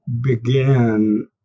began